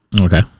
Okay